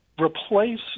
replace